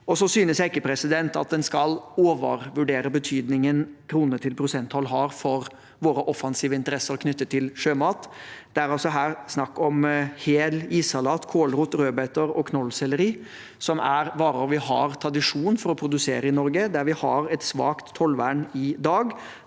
Så synes jeg ikke at en skal overvurdere betydningen det å gå fra krone- til prosenttoll har for våre offensive interesser knyttet til sjømat. Det er altså snakk om hel issalat, kålrot, rødbeter og knollselleri, som er varer vi har tradisjon for å produsere i Norge. Der har vi et svakt tollvern i dag,